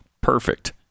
perfect